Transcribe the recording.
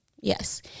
yes